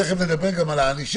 ותכף נדבר גם על ענישה